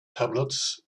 tablet